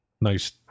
nice